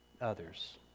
others